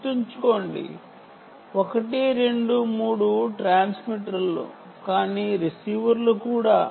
గుర్తుంచుకోండి 1 2 3 ట్రాన్స్మిటర్లు కానీ రిసీవర్లు కూడా